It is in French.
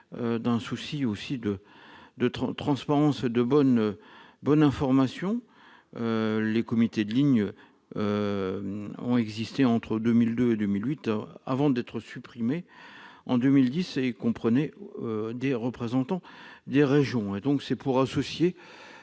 un souci de transparence et de bonne information. Les comités de ligne, qui ont existé entre 2002 et 2008 avant d'être supprimés en 2010, comprenaient des représentants des régions. Quel est l'avis